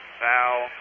foul